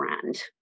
brand